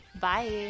Bye